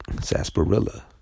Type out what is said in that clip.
sarsaparilla